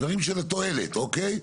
דברים שהם תועלת, אוקיי?